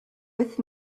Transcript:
with